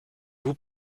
vous